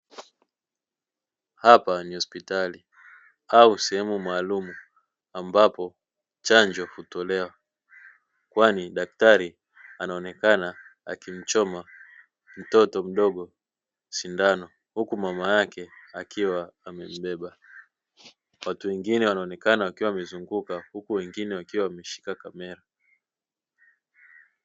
Hapa ni hospitali ama sehemu maalumu ambapo chanjo hutolewa, kwani daktari akionekana kumchoma mtoto mdogo sindano, huku mama yake akiwa amembeba. Watu wengine wakiwa wamezunguka huku wengine wakiwawameshika kamera.